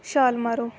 ਛਾਲ ਮਾਰੋ